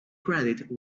credit